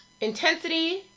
Intensity